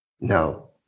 No